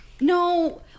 No